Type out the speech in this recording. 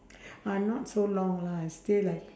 uh not so long lah I stay like